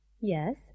Yes